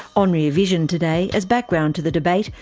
on rear vision today, as background to the debate,